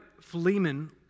Philemon